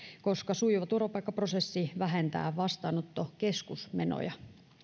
koska sujuva turvapaikkaprosessi vähentää vastaanottokeskusmenoja